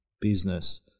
business